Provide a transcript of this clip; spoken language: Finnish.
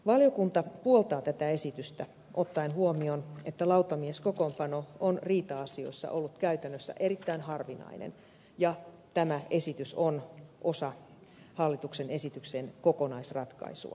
valiokunta puoltaa tätä esitystä ottaen huomioon että lautamieskokoonpano on riita asioissa ollut käytännössä erittäin harvinainen ja tämä esitys on osa hallituksen esityksen kokonaisratkaisua